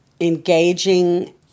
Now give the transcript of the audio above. engaging